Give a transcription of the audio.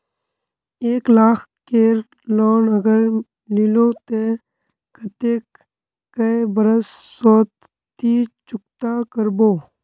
एक लाख केर लोन अगर लिलो ते कतेक कै बरश सोत ती चुकता करबो?